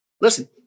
Listen